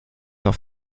auf